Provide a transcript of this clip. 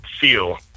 feel